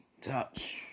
touch